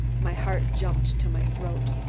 my heart jumped to my throat.